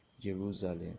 Jerusalem